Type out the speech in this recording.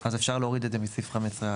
אז אפשר להוריד את זה מסעיף 15(א).